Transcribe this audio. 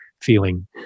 feeling